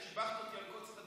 אני רק רוצה לומר לך,